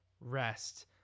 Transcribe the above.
rest